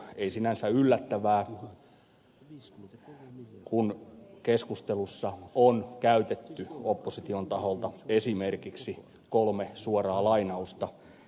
ei sinänsä yllättävää kun keskustelussa on sanottu opposition taholta esimerkiksi seuraavaa